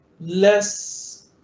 less